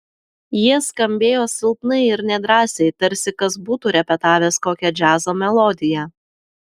jie skambėjo silpnai ir nedrąsiai tarsi kas būtų repetavęs kokią džiazo melodiją